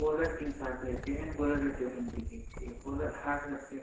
बॉलरके हिसाबसँ रहै छै एहन बॉलर हार्ड रहै छै